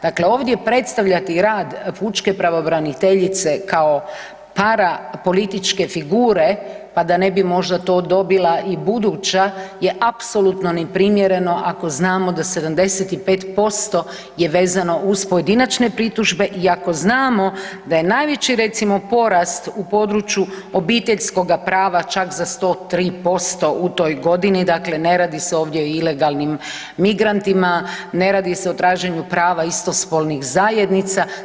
Dakle, ovdje predstavljati rad pučke pravobraniteljice kao parapolitičke figure pa da ne bi možda to dobila i buduća je apsolutno neprimjereno ako znamo da 75% je vezano uz pojedinačne pritužbe i ako znamo da je najveći recimo porast u području obiteljskoga prava čak za 103% u toj godini, dakle ne radi se ovdje o ilegalnim migrantima, ne radi se o traženju prava istospolnih zajednica.